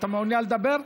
אתה מעוניין לדבר?